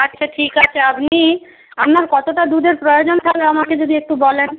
আচ্ছা ঠিক আছে আপনি আপনার কতোটা দুধের প্রয়োজন তাহলে আমাকে যদি একটু বলেন